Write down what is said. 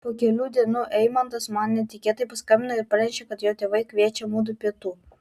po kelių dienų eimantas man netikėtai paskambino ir pranešė kad jo tėvai kviečia mudu pietų